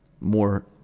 more